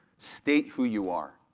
state who you are.